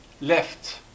left